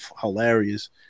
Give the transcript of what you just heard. hilarious